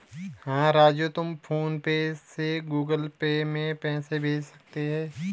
हां राजू तुम PhonePe से गुगल पे में पैसे भेज सकते हैं